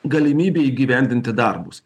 galimybė įgyvendinti darbus